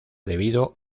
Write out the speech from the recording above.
debido